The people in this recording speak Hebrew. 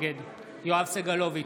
נגד יואב סגלוביץ'